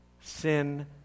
Sin